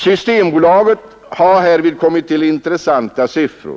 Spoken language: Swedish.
Systembolaget har där kommit till intressanta siffror.